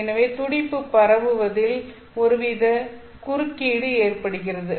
எனவே துடிப்பு பரவுவதில் ஒருவித குறுக்கீடு ஏற்படுகிறது